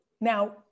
Now